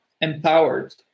empowered